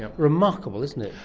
and remarkable, isn't it.